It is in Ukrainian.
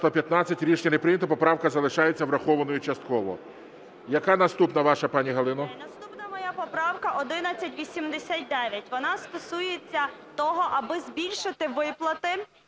За-115 Рішення не прийнято. Поправка залишається врахованою частково. Яка наступна ваша, пані Галино? 11:21:05 ВАСИЛЬЧЕНКО Г.І. Наступна моя поправка 1189. Вона стосується того, аби збільшити виплати